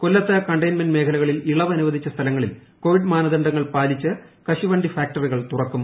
കൊല്ലത്ത് കണ്ടെയിൻമെന്റ് മേഖലകളിൽ ഇളവ് അനുവദിച്ച സ്ഥലങ്ങളിൽ കോവിഡ് മാനദണ്ഡങ്ങൾ പാലിച്ച് കശുവണ്ടി ഫാക്ടറികൾ തുറക്കും